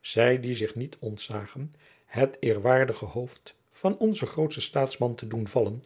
zij die zich niet ontzagen het eerwaardige hoofd van onzen grootsten staatsman te doen vallen